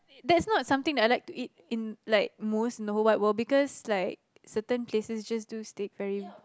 that's not something that I like to eat in like most the whole wide world because like certain places just do steak very